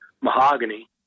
mahogany